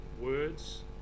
words